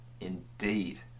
indeed